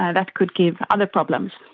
and that could give other problems.